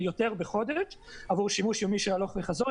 יותר עבור שימוש יומי של הלוך וחזור,